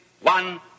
One